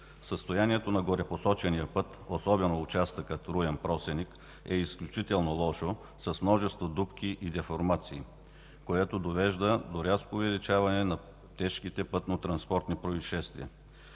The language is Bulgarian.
Състоянието на горепосочения път, особено участъка Руен –Просеник, е изключително лошо с множество дупки и деформации, което довежда до рязко увеличение на тежките пътнотранспортни произшествия.